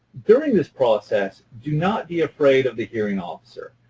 during this process, do not be afraid of the hearing officer.